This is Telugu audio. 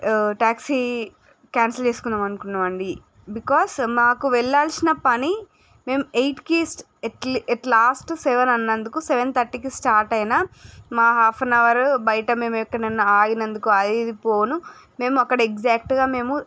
టాక్సీ క్యాన్సిల్ చేసుకుందాం అని అనుకున్నామండి బికాస్ మాకు వెళ్ళవలసిన పని మేము ఎయిట్ లాస్ట్కి ఎట్ లాస్ట్ సెవెన్ అన్నందుకు సెవెన్ థర్టీకి స్టార్ట్ అయిన మా హాఫ్ ఎన్ అవర్ బయట మేము ఎక్కడన్నా ఆగినందుకు ఆగిపోను మేము అక్కడ ఎగ్జాక్ట్గా మేము